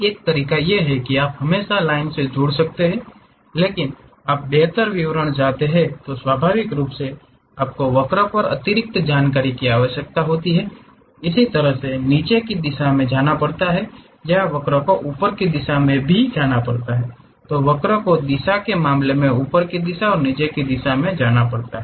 एक तरीका यह है कि आप हमेशा लाइनों से जुड़ सकते हैं लेकिन आप बेहतर विवरण चाहते हैं तो स्वाभाविक रूप से आपको वक्र पर अतिरिक्त जानकारी की आवश्यकता होती है इस तरह से नीचे की दिशा में जाना पड़ता है या वक्र को ऊपर की दिशा में भी जाना पड़ता है तो वक्र को दिशा के मामले मे ऊपर की दिशा और नीचे की ओर जाना पड़ता है